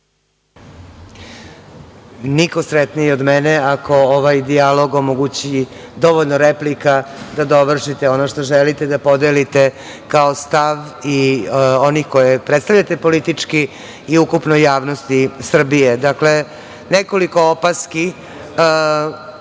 sretniji od mene ako ovaj dijalog omogući dovoljno replika da dovršite ono što želite da podelite kao stav i one koje predstavljate politički i ukupnoj javnosti Srbije. Dakle, nekoliko opaski.